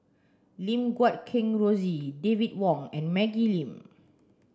Lim Guat Kheng Rosie David Wong and Maggie Lim